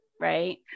right